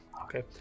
okay